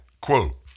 Quote